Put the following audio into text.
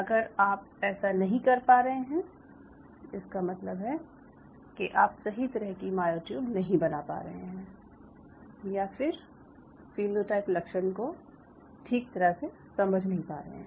अगर आप ऐसा नहीं कर पा रहे हैं इसका मतलब है कि आप सही तरह की मायोट्यूब नहीं बना पा रहे हैं या फिर फीनोटाइप लक्षण को ठीक तरह से समझ नहीं पा रहे हैं